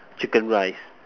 chicken rice